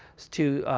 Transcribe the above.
to,